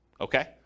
okay